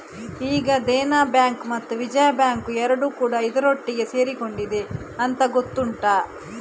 ಈಗ ದೇನಾ ಬ್ಯಾಂಕು ಮತ್ತು ವಿಜಯಾ ಬ್ಯಾಂಕು ಎರಡೂ ಕೂಡಾ ಇದರೊಟ್ಟಿಗೆ ಸೇರಿಕೊಂಡಿದೆ ಅಂತ ಗೊತ್ತುಂಟಾ